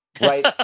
right